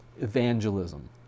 evangelism